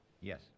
Yes